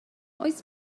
oes